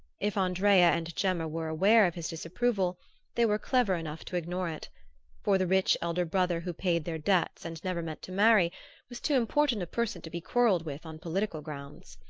if andrea and gemma were aware of his disapproval they were clever enough to ignore it for the rich elder brother who paid their debts and never meant to marry was too important a person to be quarrelled with on political grounds.